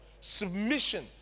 Submission